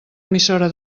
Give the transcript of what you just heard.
emissora